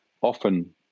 often